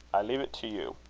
i leave it to you.